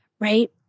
right